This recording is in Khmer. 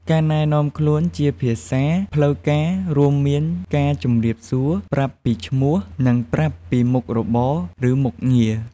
ការណែនាំខ្លួនជាភាសាផ្លូវការរួមមានការ ជំរាបសួរ ប្រាប់ពីឈ្មោះ និងប្រាប់ពីមុខរបរ ឬមុខងារ។